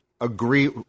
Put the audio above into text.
agree